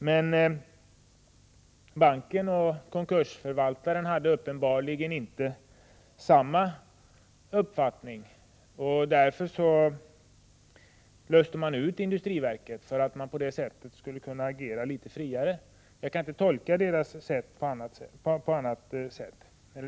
Men banken och konkursförvaltaren hade uppenbarligen inte samma uppfattning. Därför löste man ut industriverket, för att på det sättet kunna agera litet friare. Jag kan inte tolka deras handlande på annat sätt.